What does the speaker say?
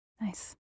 Nice